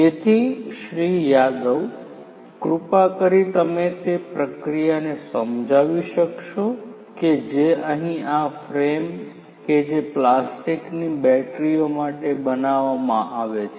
તેથી શ્રી યાદવ કૃપા કરી તમે તે પ્રક્રિયાને સમજાવી શકશો કે જે અહીં આ ફ્રેમ કે જે પ્લાસ્ટિકની બેટરીઓ માટે બનાવવામાં આવે છે